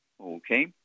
Okay